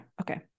Okay